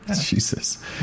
Jesus